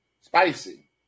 Spicy